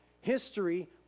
History